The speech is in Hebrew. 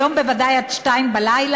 היום בוודאי עד 02:00,